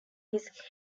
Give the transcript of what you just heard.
his